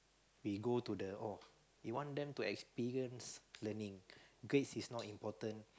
we go to the oh we want them to experience learning grades is not important